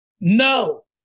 No